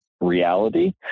reality